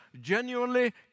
genuinely